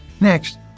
Next